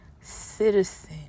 citizen